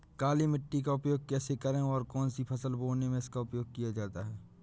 काली मिट्टी का उपयोग कैसे करें और कौन सी फसल बोने में इसका उपयोग किया जाता है?